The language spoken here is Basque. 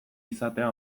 izatea